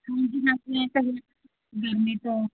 ਹਾਂਜੀ ਵੈਸੇ ਇਹ ਤਾਂ ਹੈ ਗਰਮੀ ਤੋਂ